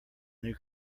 new